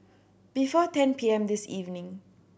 before ten P M this evening